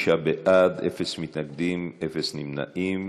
35 בעד, אין מתנגדים, אין נמנעים.